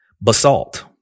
basalt